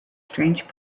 strange